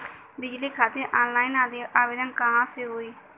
बिजली खातिर ऑनलाइन आवेदन कहवा से होयी?